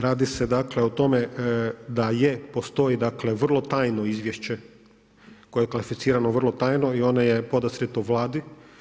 Radi se dakle o tome da je postoji vrlo tajno izvješće koje je klasificirano vrlo tajno i ono je podastrijeto Vladi.